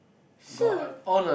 Shi